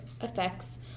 effects